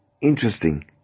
interesting